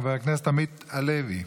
חבר הכנסת עמית הלוי.